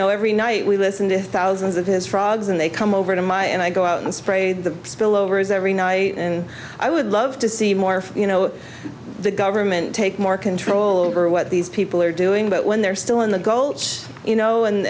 know every night we listen to thousands of his frogs and they come over to my and i go out and spray the spillovers every night and i would love to see more you know the government take more control over what these people are doing but when they're still in the gold you know and